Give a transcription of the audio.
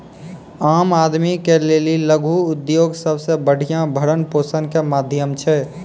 आम आदमी के लेली लघु उद्योग सबसे बढ़िया भरण पोषण के माध्यम छै